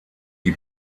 die